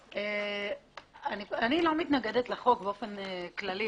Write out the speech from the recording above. אני לא מתנגדת לחוק באופן כללי,